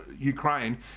Ukraine